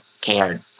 cared